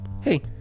hey